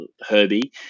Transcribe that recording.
herbie